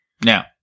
Now